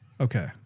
Okay